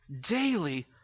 daily